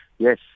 Yes